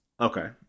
okay